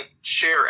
share